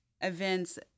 events